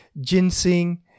ginseng